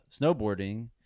snowboarding